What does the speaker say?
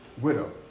widow